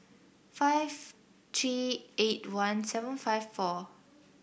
five three eight one seven five four